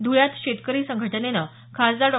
ध्वळ्यात शेतकरी संघटनेनं खासदार डॉ